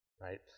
right